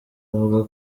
avuga